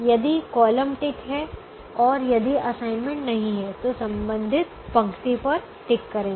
यदि column tick है और यदि कोई असाइनमेंट है तो संबंधित पंक्ति पर टिक करेंगे